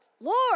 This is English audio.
Lord